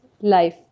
life